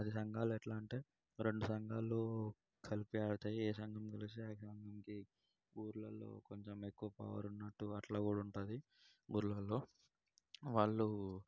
సంఘాలు ఎట్లా అంటే రెండు సంఘాలు కలిపి ఆడతాయి ఏ సంఘం గెలిస్తే ఆ సంఘంకి ఊరులల్లో కొంచెం ఎక్కువ పవర్ ఉన్నట్టు అట్లా కూడా ఉంటుంది ఊర్లల్లో వాళ్ళు